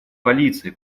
полиция